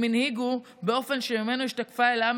הם הנהיגו באופן שממנו השתקפה אל העם